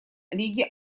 лиги